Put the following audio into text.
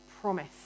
promise